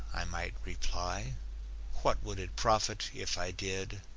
i might reply what would it profit if i did?